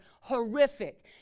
horrific